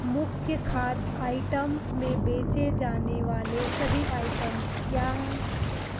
मुख्य खाद्य आइटम्स में बेचे जाने वाले सभी आइटम क्या हैं